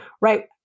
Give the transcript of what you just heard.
right